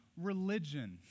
Religion